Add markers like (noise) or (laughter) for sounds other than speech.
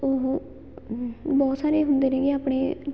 ਉਹ (unintelligible) ਬਹੁਤ ਸਾਰੇ ਹੁੰਦੇ ਨੇਗੇ ਆਪਣੇ